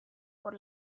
por